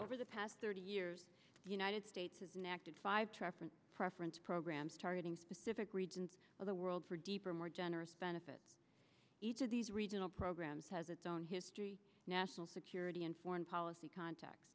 over the past thirty years the united states has an active five traffic preference programs targeting specific regions of the world for deeper more generous benefits each of these regional programs has its own history national security and foreign policy contacts